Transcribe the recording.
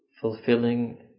fulfilling